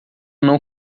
não